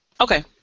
okay